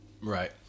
Right